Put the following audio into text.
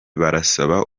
barasaba